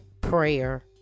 prayer